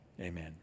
Amen